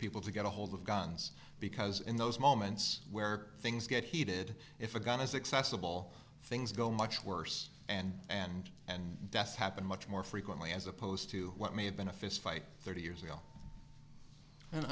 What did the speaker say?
people to get ahold of guns because in those moments where things get heated if a gun is excessive all things go much worse and and and deaths happen much more frequently as opposed to what may have been a fistfight thirty years ago